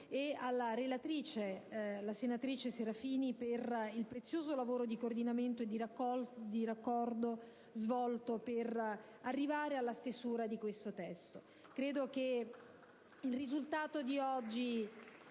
alla relatrice, senatrice Serafini, per il prezioso lavoro di coordinamento e di raccordo svolto per arrivare alla stesura di questo testo.